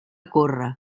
córrer